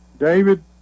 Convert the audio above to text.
David